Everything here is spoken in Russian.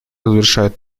разрушает